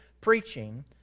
preaching